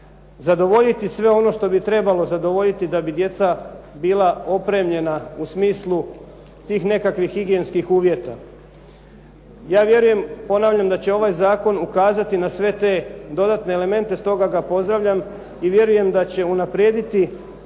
zadovoljiti sve ono što bi trebalo zadovoljiti da bi djeca bila opremljena u smislu tih nekakvih higijenskih uvjeta. Ja vjerujem, ponavljam da će ovaj zakon ukazati na sve te dodatne elemente, stoga ga pozdravljam i vjerujem da će unaprijediti